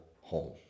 home